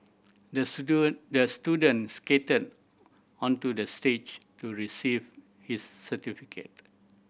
the the student skated onto the stage to receive his certificate